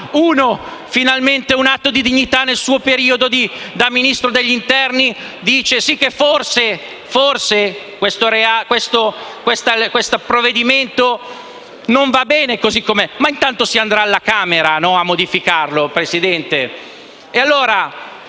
uno, finalmente: un atto di dignità nel suo periodo da Ministro dell'interno - ha detto che forse questo provvedimento non va bene così com'è. Ma tanto si andrà alla Camera a modificarlo, signor Presidente.